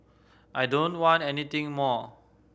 I don't want anything more